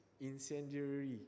incendiary